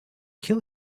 kill